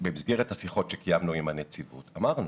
במסגרת שיחות שקיימנו עם הנציבות אמרנו